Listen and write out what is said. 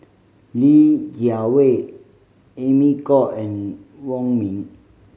Li Jiawei Amy Khor and Wong Ming